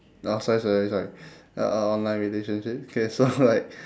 oh sorry sorry sorry uh a online relationship okay so like